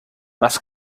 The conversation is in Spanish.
las